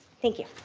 thank you.